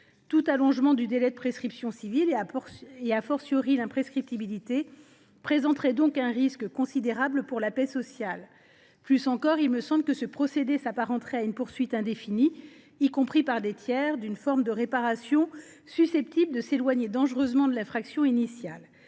Tout allongement du délai de prescription civile et,, l’imprescriptibilité, présenterait donc un risque considérable pour la paix sociale. Plus encore, il me semble que ce procédé s’apparenterait à une poursuite indéfinie, y compris par des tiers, d’une forme de réparation susceptible de s’éloigner dangereusement de l’infraction initiale.